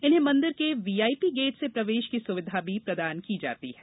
इन्हें मंदिर के वीआईपी गेट से प्रवेश की सुविधा भी प्रदान की जाती है